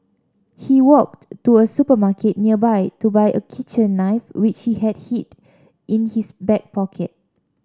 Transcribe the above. he walked to a supermarket nearby to buy a kitchen knife which he hid in his back pocket